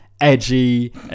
edgy